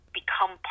become